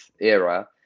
era